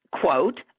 Quote